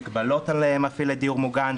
מגבלות על מפעילי דיור מוגן,